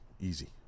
Easy